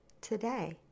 today